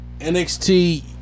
NXT